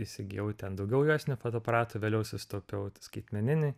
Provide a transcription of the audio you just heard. įsigijau ten daugiau juostinių fotoaparatų vėliau susitaupiau skaitmeniniui